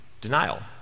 denial